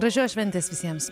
gražios šventės visiems